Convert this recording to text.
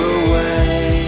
away